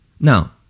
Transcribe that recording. Now